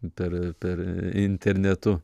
per per internetu